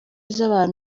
z’abantu